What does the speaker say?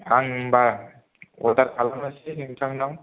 आं होमबा अर्दार खालामनोसै नोंथांनाव